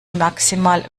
maximal